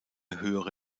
höhere